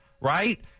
right